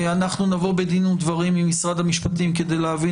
נבוא בדין ודברים עם משרד המשפטים כדי להבין